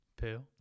Poo